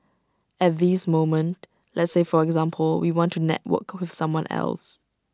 at this moment let's say for example we want to network with someone else